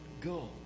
go